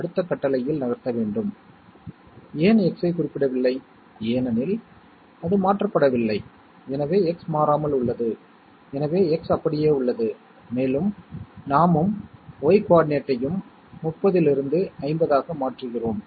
எடுத்துக்காட்டாக கணித ரீதியாக இரண்டு பிட்களைச் சேர்க்கக்கூடிய ஒரு லாஜிக் சர்க்யூட்டைக் கண்டுபிடிக்க வேண்டிய இந்த குறிப்பிட்ட பணியை நாமே அமைத்துக்கொள்கிறோம்